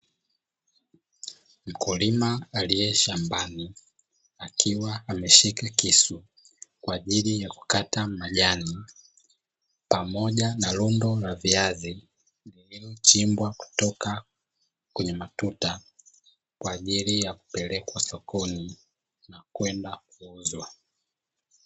Mkulima aliye shambani akiwa ameshika kisu kwa ajili ya kukata majani pamoja na lundo la viazi, vilivyochimbwa kutoka kwenye matuta kwa ajili ya kupelekwa sokoni na kwenda kuuzwa.